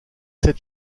sept